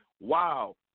Wow